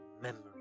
memory